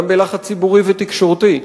גם בלחץ ציבורי ותקשורתי,